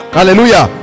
Hallelujah